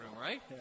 right